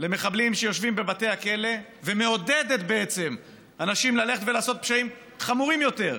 למחבלים שיושבים בבתי הכלא ובעצם מעודדת אנשים לעשות פשעים חמורים יותר,